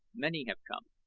many have come.